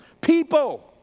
people